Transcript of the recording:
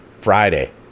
Friday